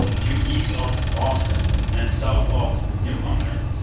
due east of boston and south of newfoundland.